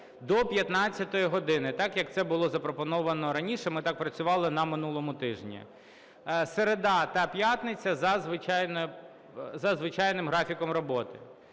до 15 години, так, як це було запропоновано раніше. Ми так працювали на минулому тижні. Середа та п'ятниця – за звичайним графіком роботи.